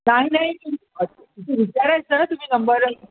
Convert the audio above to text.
नाही नाही विचारायचं ना तुम्ही नंबर